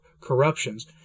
corruptions